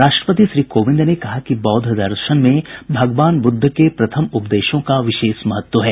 राष्ट्रपति श्री कोविन्द ने कहा कि बौद्ध दर्शन में भगवान बुद्ध के प्रथम उपदेशों का विशेष महत्व है